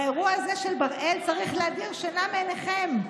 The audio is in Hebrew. והאירוע הזה של בראל צריך להדיר שינה מעיניכם,